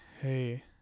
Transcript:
hey